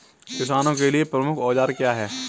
किसानों के लिए प्रमुख औजार क्या हैं?